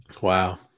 Wow